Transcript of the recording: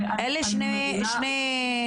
אלה שני מצבים.